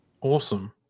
Awesome